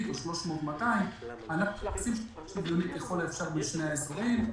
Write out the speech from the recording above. או 300-200. אנחנו מתייחסים בצורה שוויונית ככל האפשר בשני האזורים.